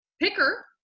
picker